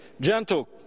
gentle